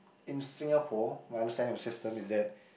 in Singapore I understand that the system is that